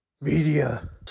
Media